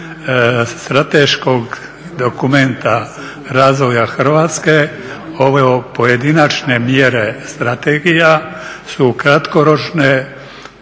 strateškog dokumenta razvoja Hrvatske ove pojedinačne mjere strategija su kratkoročne,